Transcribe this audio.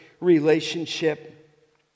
relationship